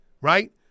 right